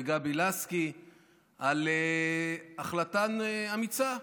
וגבי לסקי על החלטה אמיצה,